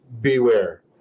Beware